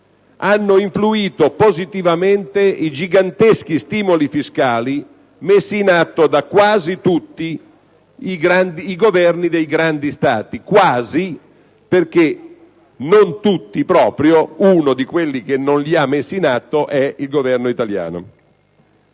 hanno influito positivamente i giganteschi stimoli fiscali messi in atto da quasi tutti i Governi dei grandi Stati; ho detto «quasi» perché non tutti lo hanno fatto: uno di quelli che non li ha messi in atto è il Governo italiano.